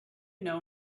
know